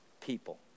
people